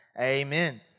amen